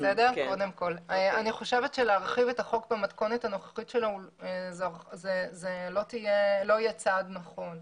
אני חושבת שלהרחיב את החוק במתכונת הנוכחית שלו לא יהיה צעד נכון.